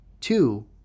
two